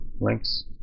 links